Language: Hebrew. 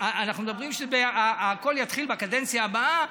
אנחנו מדברים על זה שהכול יתחיל בקדנציה הבאה.